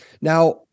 Now